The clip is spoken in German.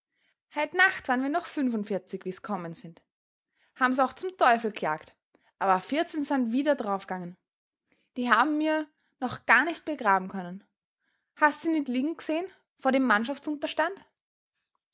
heit nacht war'n wir noch fünfundvierzig wie's kommen sind haben's auch zum teufl g'jagt aber vierzehn san wieder draufgangen die habn mir noch gar nicht begraben können hast sie nit liegen g'sehn vor dem